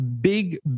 big